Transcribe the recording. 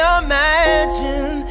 imagine